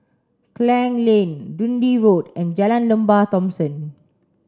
Klang Lane Dundee Road and Jalan Lembah Thomson